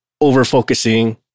over-focusing